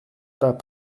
pas